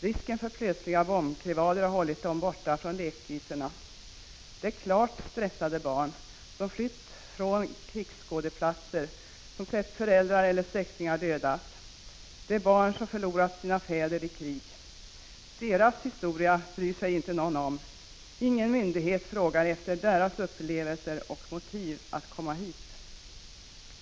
Risken för plötsliga bombkrevader har hållit dem borta från lekytorna. Det är klart stressade barn, som flytt från krigsskådeplatser och som har sett föräldrar eller släktingar dödas. Det är barn som har förlorat sina fäder i krig. Dessa barns historia bryr sig inte någon om. Ingen myndighet frågar efter deras upplevelser och motiv att komma hit.